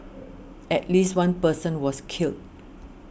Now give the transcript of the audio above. at least one person was killed